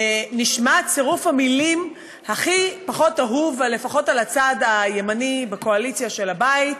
נשמע צירוף המילים הכי פחות אהוב לפחות על הצד הימני בקואליציה של הבית,